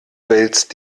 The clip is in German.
wälzt